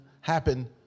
happen